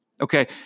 Okay